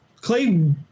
Clay